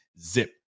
zip